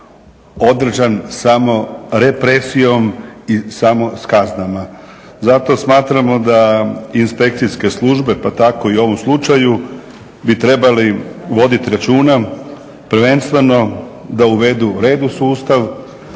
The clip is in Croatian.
održan samo represijom i samo s kaznama. Zato smatramo da inspekcijske službe pa tako i u ovom slučaju bi trebali voditi računa prvenstveno da uvedu red u sustav